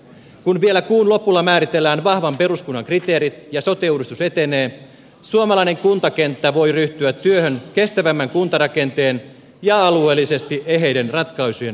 kun vielä kuun lopulla määritellään vahvan peruskunnan kriteerit ja sote uudistus etenee suomalainen kuntakenttä voi ryhtyä työhön kestävämmän kuntarakenteen ja alueellisesti eheiden ratkaisujen löytämiseksi